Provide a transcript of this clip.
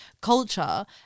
culture